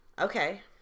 Okay